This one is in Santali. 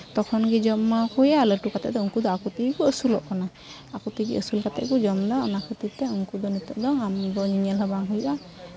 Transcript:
ᱛᱚᱠᱷᱚᱱ ᱜᱮ ᱡᱚᱢ ᱮᱢᱟᱣᱠᱚ ᱦᱩᱭᱩᱜᱼᱟ ᱞᱟᱹᱴᱩ ᱠᱟᱛᱮᱫ ᱫᱚ ᱩᱱᱠᱩ ᱫᱚ ᱟᱠᱚ ᱛᱮᱜᱮ ᱠᱚ ᱟᱹᱥᱩᱞᱚᱜ ᱠᱟᱱᱟ ᱟᱠᱚ ᱛᱮᱜᱮ ᱟᱹᱥᱩᱞ ᱠᱟᱛᱮᱫ ᱠᱚ ᱡᱚᱢᱫᱟ ᱚᱱᱟ ᱠᱷᱟᱹᱛᱤᱨ ᱛᱮ ᱩᱱᱠᱩ ᱫᱚ ᱱᱤᱛᱚᱜ ᱫᱚ ᱧᱮᱞ ᱦᱚᱸ ᱵᱟᱝ ᱦᱩᱭᱩᱜᱼᱟ